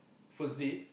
first day